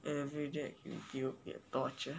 everyday that will be a torture